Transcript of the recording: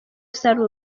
salus